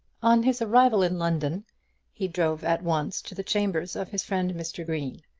on his arrival in london he drove at once to the chambers of his friend, mr. green,